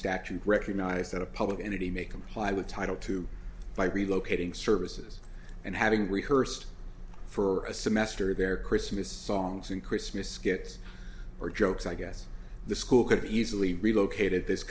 statute recognized that a public entity may comply with title two by relocating services and having rehearsed for a semester their christmas songs and christmas skits or jokes i guess the school could easily relocated this